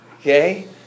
Okay